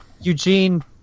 Eugene